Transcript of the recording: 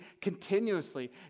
continuously